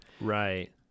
Right